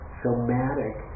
somatic